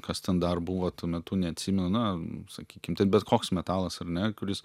kas ten dar buvo tuo metu neatsimenu na sakykim tai bet koks metalas ar ne kuris